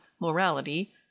morality